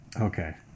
Okay